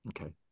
Okay